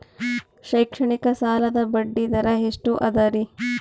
ಶೈಕ್ಷಣಿಕ ಸಾಲದ ಬಡ್ಡಿ ದರ ಎಷ್ಟು ಅದರಿ?